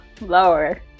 lower